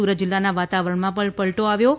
સુરત જિલ્લાના વાતાવરણમાં પણ પલટો આવ્યો છે